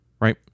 right